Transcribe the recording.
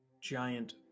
giant